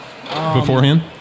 beforehand